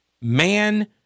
man